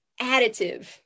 additive